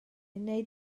wnei